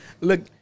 Look